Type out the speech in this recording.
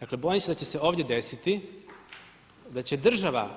Dakle bojim se da će se ovdje desiti da će država